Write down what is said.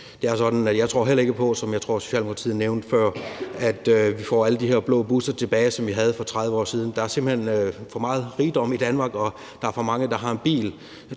jeg heller ikke tror på, som jeg tror Socialdemokratiet nævnte før, at vi får alle de her blå busser tilbage, som vi havde for 30 år siden. Der er simpelt hen for meget rigdom i Danmark, og der er for mange, der har en bil,